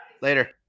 later